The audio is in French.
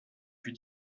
plus